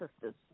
sister's